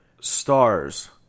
stars